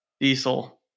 diesel